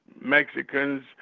Mexicans